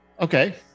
Okay